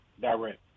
direct